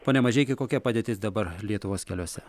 pone mažeiki kokia padėtis dabar lietuvos keliuose